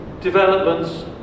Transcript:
developments